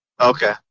Okay